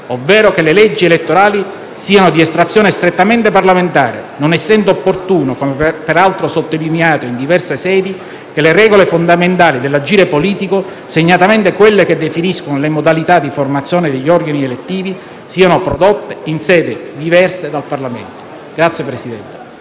ovvero che le leggi elettorali siano di estrazione strettamente parlamentare, non essendo opportuno - come peraltro sottolineato in diverse sedi - che le regole fondamentali dell'agire politico, segnatamente quelle che definiscono le modalità di formazione degli organi elettivi, siano prodotte in sedi diverse dal Parlamento. *(Applausi